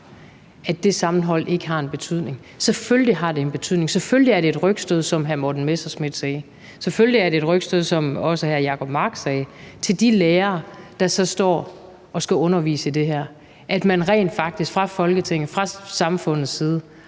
at kritisere religion, ikke har en betydning. Selvfølgelig har det en betydning, selvfølgelig er det et rygstød, som hr. Morten Messerschmidt sagde. Selvfølgelig er det et rygstød, som også hr. Jacob Mark sagde, til de lærere, der står og skal undervise i det her, at man rent faktisk fra Folketingets side, fra samfundets side